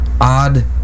odd